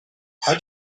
how